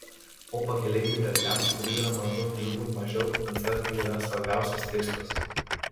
o pakeleivių vedliams kurių yra maždaug dvigubai mažiau koncertai yra svarbiausias tikslas